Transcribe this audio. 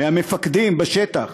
מהמפקדים בשטח,